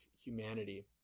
humanity